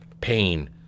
pain